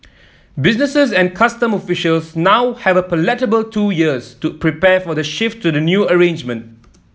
businesses and customs officials now have a palatable two years to prepare for the shift to the new arrangement